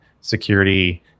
Security